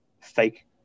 fake